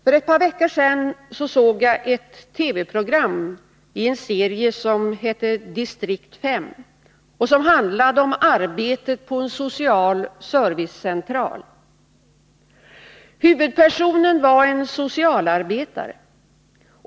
För ett par veckor sedan såg jag ett TV-program i en serie som heter Distrikt 5 och handlar om arbetet på en social servicecentral. Huvudpersonen var en socialarbetare.